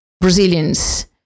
Brazilians